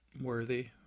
worthy